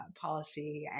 policy